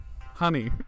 Honey